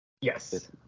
Yes